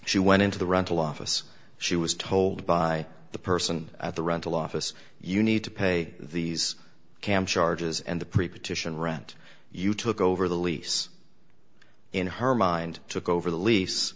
she went into the rental office she was told by the person at the rental office you need to pay these camp charges and the pre partition rent you took over the lease in her mind took over the lease